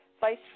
vice